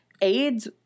AIDS